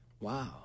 Wow